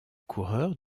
coureur